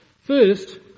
First